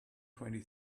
twenty